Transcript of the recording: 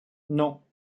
non